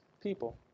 people